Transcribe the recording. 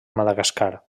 madagascar